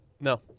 No